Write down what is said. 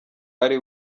ari